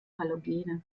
halogene